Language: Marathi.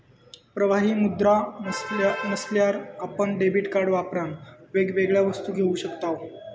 प्रवाही मुद्रा नसल्यार आपण डेबीट कार्ड वापरान वेगवेगळ्या वस्तू घेऊ शकताव